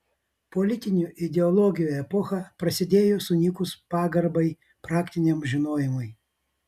politinių ideologijų epocha prasidėjo sunykus pagarbai praktiniam žinojimui